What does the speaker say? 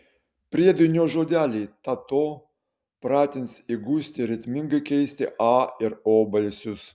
priedainio žodeliai ta to pratins įgusti ritmingai keisti a ir o balsius